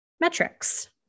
Metrics